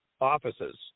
offices